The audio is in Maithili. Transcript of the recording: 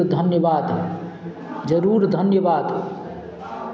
धन्यवाद जरूर धन्यवाद